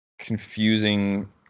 confusing